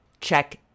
check